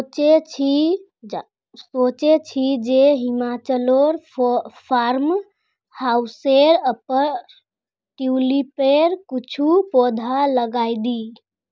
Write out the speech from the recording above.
सोचे छि जे हिमाचलोर फार्म हाउसेर पर ट्यूलिपेर कुछू पौधा लगइ दी